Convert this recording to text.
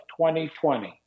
2020